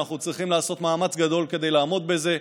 ואנחנו צריכים לעשות מאמץ גדול כדי לעמוד בזה.